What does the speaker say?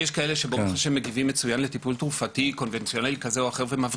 יש כאלה שברוך השם מגיבים מצוין לטיפול תרופתי כזה או אחר ומבריאים.